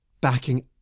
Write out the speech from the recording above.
backing